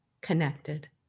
connected